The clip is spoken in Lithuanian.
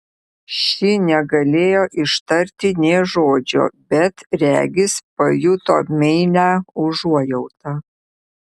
ši negalėjo ištarti nė žodžio bet regis pajuto meilią užuojautą